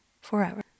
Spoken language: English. forever